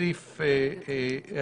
הצבעה ההסתייגות לא אושרה.